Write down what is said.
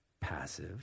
passive